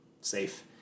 safe